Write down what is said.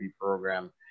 program